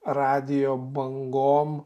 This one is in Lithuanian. radijo bangom